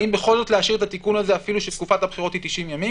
האם בכל זאת להשאיר את התיקון הזה אפילו שתקופת הבחירות היא 90 ימים,